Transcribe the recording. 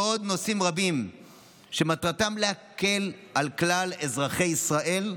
ועוד נושאים רבים שמטרתם להקל על כלל אזרחי ישראל,